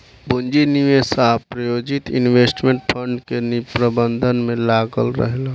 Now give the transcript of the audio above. पूंजी निवेश आ प्रायोजित इन्वेस्टमेंट फंड के प्रबंधन में लागल रहेला